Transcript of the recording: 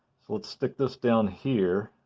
so, let's stick this down here